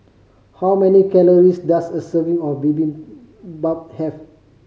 how many calories does a serving of Bibimbap have